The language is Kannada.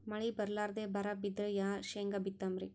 ಮಳಿ ಬರ್ಲಾದೆ ಬರಾ ಬಿದ್ರ ಯಾ ಶೇಂಗಾ ಬಿತ್ತಮ್ರೀ?